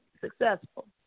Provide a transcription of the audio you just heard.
Successful